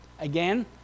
Again